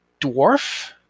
dwarf